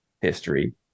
history